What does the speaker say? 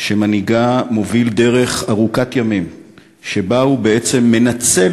שמנהיגה מוביל דרך ארוכת ימים שבה הוא בעצם מנצל